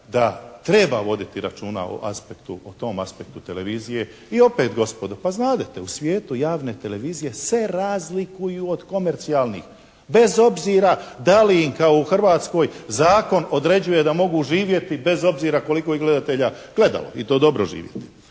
da treba voditi računa o aspektu, o tom aspektu televizije. I opet gospodo, pa znadete, u svijetu javne televizije se razlikuju od komercijalnih. Bez obzira da li im kao u Hrvatskoj zakon određuje da mogu živjeti bez obzira koliko ih gledatelja gledalo. I to dobro živite.